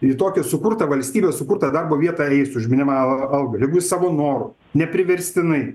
į tokią sukurtą valstybės sukurtą darbo vietą eis už minimalią algą jeigu jis savo noru ne priverstinai